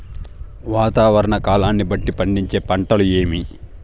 వాతావరణ కాలాన్ని బట్టి పండించే పంటలు ఏవి?